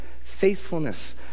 faithfulness